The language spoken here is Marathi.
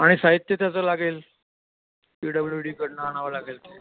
आणि साहित्य त्याचं लागेल पी डब्ल्यू डीकडून आणावं लागेल